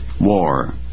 war